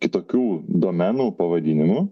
kitokių domenų pavadinimų